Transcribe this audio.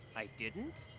i didn't?